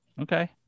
Okay